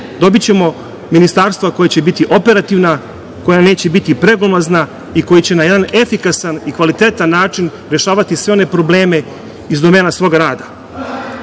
Dobićemo ministarstva koja će biti operativna, koja neće biti preglomazna i koja će na jedan efikasan i kvalitetan način rešavati sve one probleme iz domena svoga rada. Ono